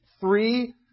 three